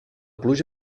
pluja